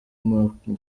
impanuka